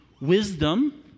wisdom